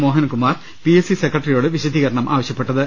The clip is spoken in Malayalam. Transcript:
മോഹനകുമാർ പി എസ് സി സെക്രട്ടറിയോട് വിശദീകരണം ആവശ്യപ്പെട്ടത്